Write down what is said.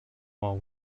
while